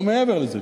לא מעבר לזה.